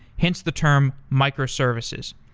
hence the term microservices.